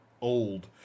old